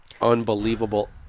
unbelievable